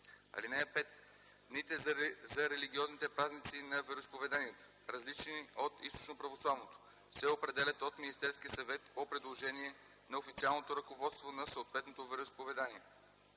154. (5) Дните за религиозните празници на вероизповеданията, различни от източноправославното, се определят от Министерския съвет по предложение на официалното ръководство на съответното вероизповедание.